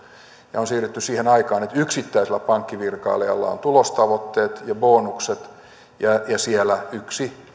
ja on siirrytty siihen aikaan että yksittäisellä pankkivirkailijalla on tulostavoitteet ja bonukset ja siellä yksi